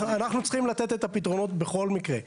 אנחנו צריכים לתת את הפתרונות בכל מקרה.